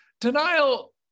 Denial